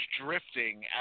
drifting